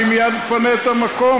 אני מייד מפנה את המקום,